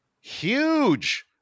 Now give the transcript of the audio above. Huge